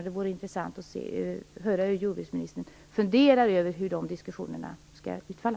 Det vore intressant att höra hur jordbruksministern tänker sig att de diskussionerna skall utfalla.